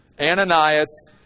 Ananias